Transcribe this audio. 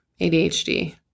ADHD